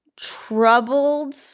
troubled